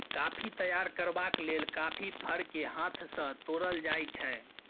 coffee तैयार करबाक लेल कॉफी फर केँ हाथ सँ तोरल जाइ छै